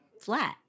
flat